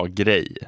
grej